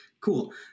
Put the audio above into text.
Cool